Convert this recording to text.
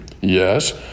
Yes